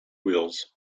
wheels